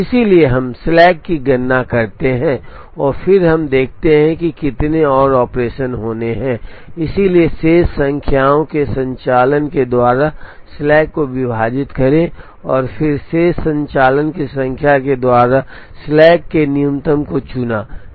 इसलिए हम स्लैक की गणना करते हैं और फिर हम देखते हैं कि कितने और ऑपरेशन होने हैं इसलिए शेष संख्याओं के संचालन के द्वारा स्लैक को विभाजित करें और फिर शेष संचालन की संख्या के द्वारा स्लैक के न्यूनतम को चुना